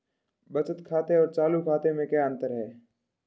बचत खाते और चालू खाते में क्या अंतर है?